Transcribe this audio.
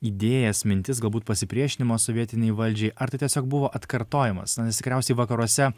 idėjas mintis galbūt pasipriešinimą sovietinei valdžiai ar tai tiesiog buvo atkartojimas na nes tikriausiai vakaruose